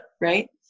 Right